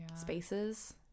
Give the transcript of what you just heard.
spaces